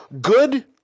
good